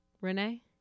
Renee